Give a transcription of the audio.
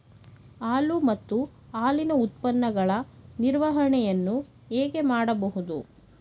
ಹಾಲು ಮತ್ತು ಹಾಲಿನ ಉತ್ಪನ್ನಗಳ ನಿರ್ವಹಣೆಯನ್ನು ಹೇಗೆ ಮಾಡಬಹುದು?